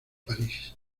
parís